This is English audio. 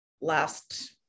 last